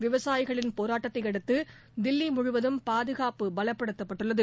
விவசாயிகளின் போராட்டத்தைஅடுத்துதில்லிமுழுவதும் பாதுகாப்பு பலப்படுத்தப்பட்டுள்ளது